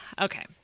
okay